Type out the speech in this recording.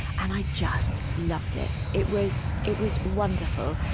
and i just loved it. it was, it was wonderful.